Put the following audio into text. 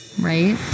Right